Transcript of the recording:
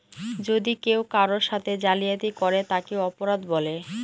যদি কেউ কারোর সাথে জালিয়াতি করে তাকে অপরাধ বলে